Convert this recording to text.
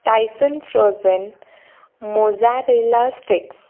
tyson frozen mozzarella sticks